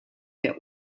der